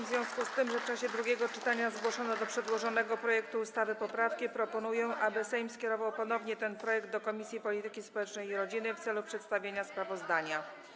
W związku z tym, że w czasie drugiego czytania zgłoszono do przedłożonego projektu ustawy poprawki, proponuję, aby Sejm skierował ponownie ten projekt do Komisji Polityki Społecznej i Rodziny w celu przedstawienia sprawozdania.